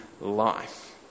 life